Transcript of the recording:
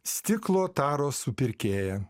stiklo taros supirkėja